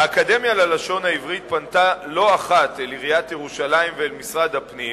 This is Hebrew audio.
האקדמיה ללשון העברית פנתה לא אחת אל עיריית ירושלים ואל משרד הפנים